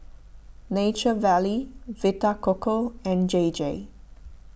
Nature Valley Vita Coco and J J